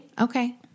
Okay